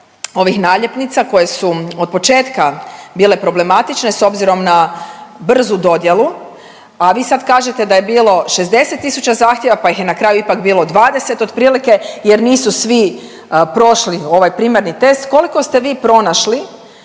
ovih naljepnica koje su od početka bile problematične, s obzirom na brzu dodjelu, a vi sad kažete da je bilo 60 tisuća zahtjeva, pa ih je na kraju ipak bilo 20 otprilike jer nisu svi prošli ovaj primarni test, koliko ste vi pronašli